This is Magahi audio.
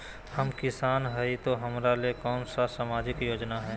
हम किसान हई तो हमरा ले कोन सा सामाजिक योजना है?